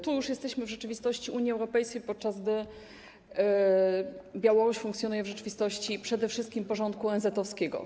Tu już jesteśmy w rzeczywistości Unii Europejskiej, podczas gdy Białoruś funkcjonuje w rzeczywistości przede wszystkim porządku ONZ-owskiego.